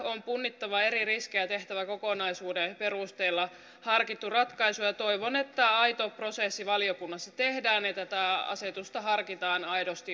on punnittava eri riskejä tehtäväkokonaisuuden perusteella ja harkittava ratkaisua ja toivon että aito prosessi valiokunnassa tehdään ja tätä asetusta harkitaan aidosti uudelleen